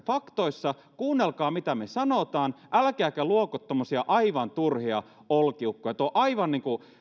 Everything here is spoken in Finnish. faktoissa kuunnelkaa mitä me sanomme älkääkä luoko tuommoisia aivan turhia olkiukkoja tuo on aivan niin kuin